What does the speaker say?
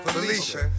Felicia